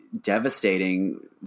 devastating